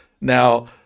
Now